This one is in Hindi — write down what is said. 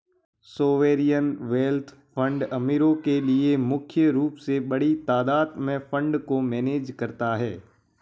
सोवेरियन वेल्थ फंड अमीरो के लिए मुख्य रूप से बड़ी तादात में फंड को मैनेज करता है